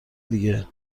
دیگه